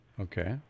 Okay